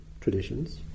traditions